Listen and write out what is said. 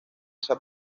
esa